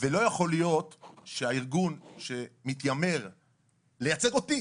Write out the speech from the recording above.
לא יכול להיות שהארגון שמתיימר לייצג אותי